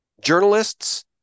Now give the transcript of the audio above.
journalists